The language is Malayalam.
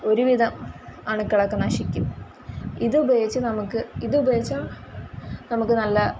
ഒരുവിധം അണുക്കളൊക്കെ നശിക്കും ഇത് ഉപയോഗിച്ച് നമുക്ക് ഇത് ഉപയോഗിച്ചാൽ നമുക്ക് നല്ല